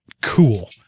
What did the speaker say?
cool